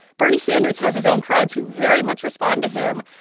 bernie sanders has his own crowds who very much respond to him,